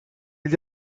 gli